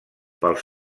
pels